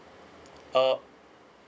uh